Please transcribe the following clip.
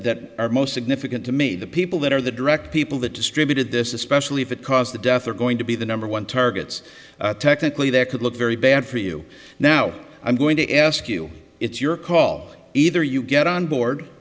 significant to me the people that are the direct people that distributed this especially if it caused the death or going to be the number one targets technically that could look very bad for you now i'm going to ask you it's your call either you get on board